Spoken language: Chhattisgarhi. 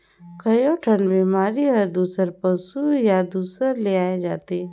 कयोठन बेमारी हर दूसर पसु या दूसर ले आये जाथे